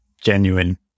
genuine